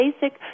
basic